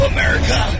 America